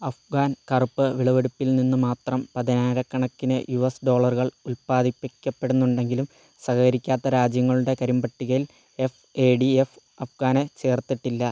അഫ്ഗാൻ കറുപ്പ് വിളവെടുപ്പിൽ നിന്ന് മാത്രം പതിനായിരക്കണക്കിന് യു എസ് ഡോളറുകൾ ഉൽപാദിപ്പിക്കപ്പെടുന്നുണ്ടെങ്കിലും സഹകരിക്കാത്ത രാജ്യങ്ങളുടെ കരിമ്പട്ടികയിൽ എഫ് എ ഡി എഫ് അഫ്ഗാനെ ചേർത്തിട്ടില്ല